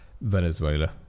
Venezuela